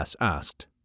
asked